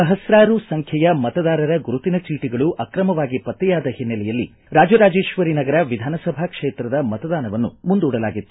ಸಹಸ್ರಾರು ಸಂಬೈಯ ಮತದಾರರ ಗುರುತಿನ ಚೀಟಗಳು ಆಕ್ರಮವಾಗಿ ಪತ್ತೆಯಾದ ಹಿನ್ನೆಲೆಯಲ್ಲಿ ರಾಜರಾಜೇಶ್ವರಿ ನಗರ ವಿಧಾನಸಭಾ ಕ್ಷೇತ್ರದ ಮತದಾನವನ್ನು ಮುಂದೂಡಲಾಗಿತ್ತು